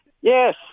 Yes